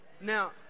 now